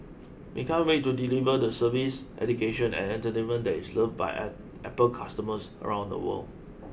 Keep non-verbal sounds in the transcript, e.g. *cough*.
we can't wait to deliver the service education and entertainment that is loved by *hesitation* Apple customers around the world